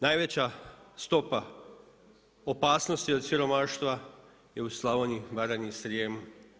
Najveća stopa opasnosti od siromaštva je u Slavoniji, Baranji i Srijemu.